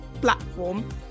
platform